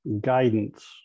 guidance